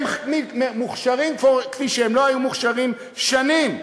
הם מוכשרים כפי שהם לא היו מוכשרים שנים.